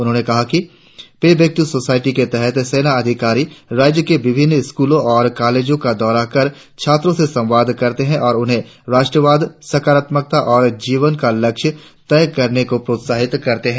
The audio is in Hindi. उन्होंने कहा पे बेक टू सोसायटी के तहत सेना अधिकारी राज्य की विभिन्न स्कूलों और कालेजो का दौरा कर छात्रों से संवाद करते है और उनमें राष्ट्रवाद सकारत्मकता और जीवन का लक्ष्यों तय करने को प्रोत्साहित करते है